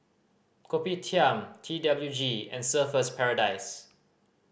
Kopitiam T W G and Surfer's Paradise